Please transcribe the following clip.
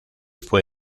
fue